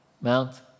Mount